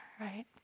right